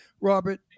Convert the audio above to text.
Robert